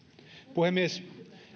puhemies